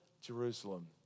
Jerusalem